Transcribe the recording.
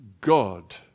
god